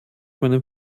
meinem